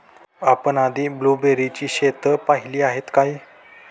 आपण कधी ब्लुबेरीची शेतं पाहीली आहेत काय?